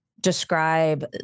describe